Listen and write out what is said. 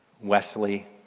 Wesley